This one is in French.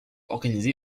organisée